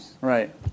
Right